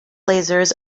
lasers